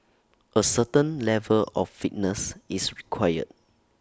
A certain level of fitness is required